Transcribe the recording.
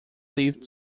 lived